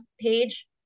page